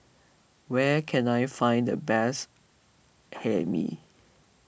where can I find the best Hae Mee